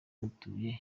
dutuye